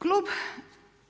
Klube,